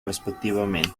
respectivamente